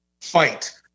fight